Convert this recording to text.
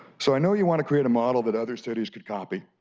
so i know you want to create a model that other cities can copy,